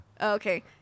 okay